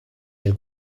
del